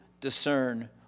discern